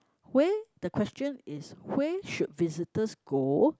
where the question is where should visitors go